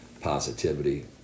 positivity